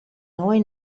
noi